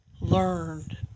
learned